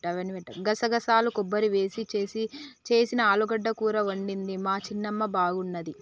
గసగసాలు కొబ్బరి వేసి చేసిన ఆలుగడ్డ కూర వండింది మా చిన్నమ్మ బాగున్నది